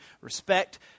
Respect